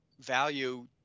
value